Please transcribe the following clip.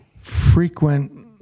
frequent –